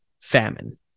famine